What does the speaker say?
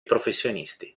professionisti